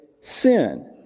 sin